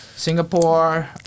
singapore